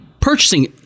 purchasing